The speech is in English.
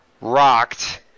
rocked